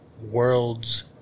world's